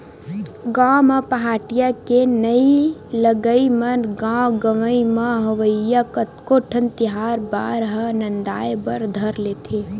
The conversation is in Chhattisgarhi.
गाँव म पहाटिया के नइ लगई म गाँव गंवई म होवइया कतको ठन तिहार बार ह नंदाय बर धर लेथे